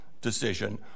decision